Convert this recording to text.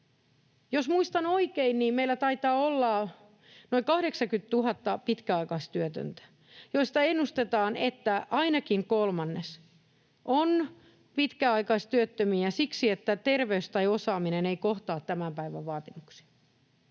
Jos muistan oikein, niin meillä taitaa olla noin 80 000 pitkäaikaistyötöntä, joista ennustetaan, että ainakin kolmannes on pitkäaikaistyöttömiä siksi, että terveys tai osaaminen ei kohtaa tämän päivän vaatimuksia.